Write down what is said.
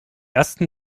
ersten